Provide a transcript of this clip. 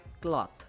cloth